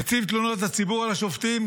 נציב תלונות הציבור על השופטים,